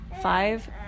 five